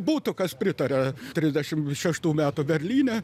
būtų kas pritaria trišdešimt šeštų metų berlyne